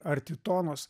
arti tonos